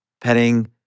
petting